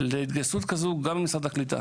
להתגייסות כזו גם ממשרד הקליטה,